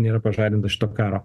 nėra pažadinta iš to karo